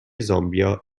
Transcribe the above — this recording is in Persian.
زامبیا